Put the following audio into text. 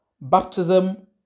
baptism